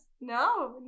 no